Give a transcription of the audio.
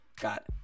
got